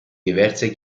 diverse